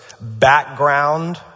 background